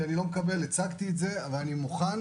הצגתי את זה ואני מוכן